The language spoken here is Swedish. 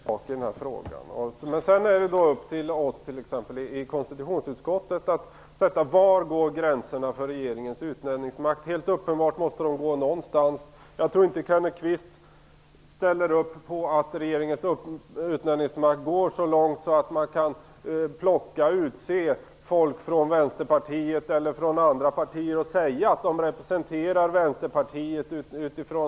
Fru talman! Detta är vad konstitutionen säger i den här frågan, men sedan är det upp till oss i konstitutionsutskottet att avgöra var gränserna för regeringens utnämningsmakt går. Helt uppenbart måste de gå någonstans. Jag tror inte att Kenneth Kvist ställer sig bakom att regeringens utnämningsmakt går så långt att regeringen helt efter eget godtycke kan plocka ut folk från Vänsterpartiet eller andra partier och säga att de representerar dessa partier.